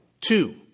Two